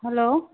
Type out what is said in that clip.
hello